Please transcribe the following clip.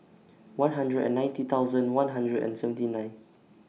one hundred and ninety thousand one hundred and seventy nine